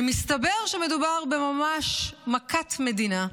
ומסתבר שמדובר ממש במכת מדינה.